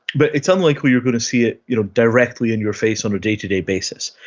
but it's unlikely you're going to see it you know directly in your face on a day-to-day basis.